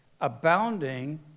abounding